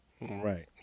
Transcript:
right